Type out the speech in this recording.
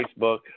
Facebook